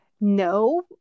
no